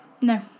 No